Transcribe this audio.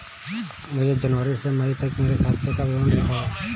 मुझे जनवरी से मई तक मेरे खाते का विवरण दिखाओ?